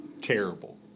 terrible